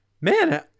man